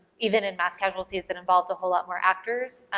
even in mass casualties that involve a whole lot more actors,